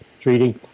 Treaty